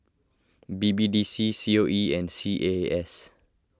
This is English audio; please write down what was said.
B B D C C O E and C A A S